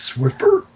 Swiffer